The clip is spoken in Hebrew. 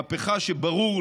מהפכה שברור,